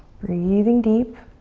breathing deep.